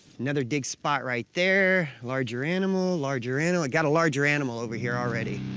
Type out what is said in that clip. another dig spot right there. larger animal, larger animal. got a larger animal over here already.